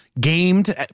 gamed